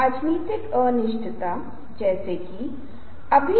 अपनी उत्साह की भावना का संचार करें